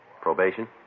Probation